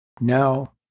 Now